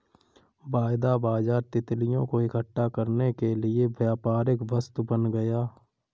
वायदा बाजार तितलियों को इकट्ठा करने के लिए व्यापारिक वस्तु बन गया